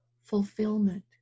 fulfillment